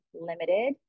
limited